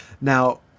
Now